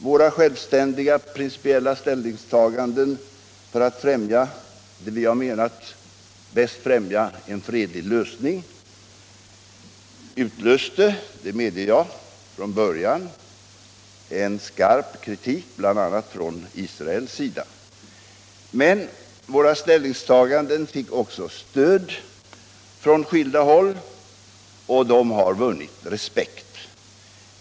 Våra självständiga principiella ställningstaganden för det som vi har menat bäst främjar en fredlig lösning utlöste — det medger jag — från början en skarp kritik bl.a. av Israel. Men våra ställningstaganden fick också stöd från skilda håll och har vunnit respekt.